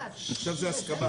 בבקשה.